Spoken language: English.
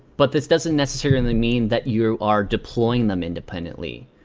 but this doesn't necessarily mean that you are deploying them independently.